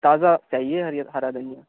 تازہ چاہیے ہری ہرا دھنیا